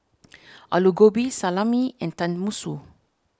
Alu Gobi Salami and Tenmusu